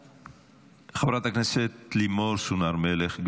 חברת הכנסת לימור סון הר מלך.